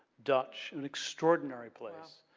dutch, an extraordinary place.